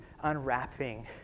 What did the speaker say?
unwrapping